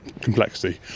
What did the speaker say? complexity